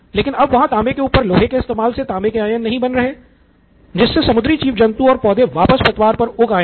लेकिन अब वहाँ तांबे के ऊपर लोहे के इस्तेमाल से तांबे के आयन नहीं बन रहे जिससे समुद्री जीव जन्तु और पौधे वापस पतवार पर उग आए हैं